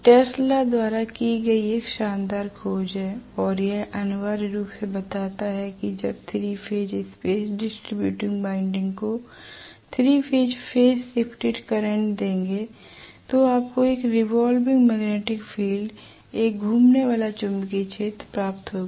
यह टेस्ला द्वारा की गई शानदार खोज है और यह अनिवार्य रूप से बताता है कि जब 3 phase space distributed winding space distributed winding को 3 फेज टाइम शिफ्टेड करंट देंगे तो आपको एक रिवाल्विंग मैग्नेटिक फील्ड एक घूमने वाला चुंबकीय क्षेत्र प्राप्त होगी